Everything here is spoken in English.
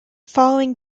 following